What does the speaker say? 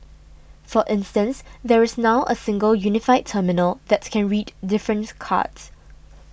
for instance there is now a single unified terminal that can read different cards